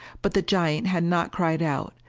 but the giant had not cried out,